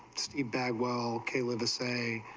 steve bagwell kaelin to say,